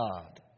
God